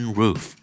roof